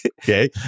Okay